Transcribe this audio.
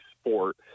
sport